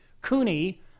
Cooney